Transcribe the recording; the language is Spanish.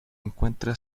encuentra